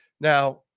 Now